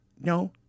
No